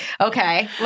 Okay